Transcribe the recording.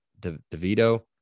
DeVito